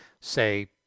say